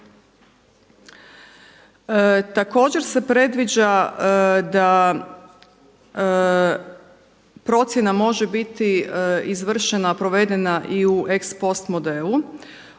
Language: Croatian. Također se predviđa da procjena može biti izvršena provedena i u ex post modelu,